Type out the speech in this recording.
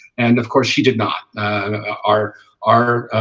and of course she did not are are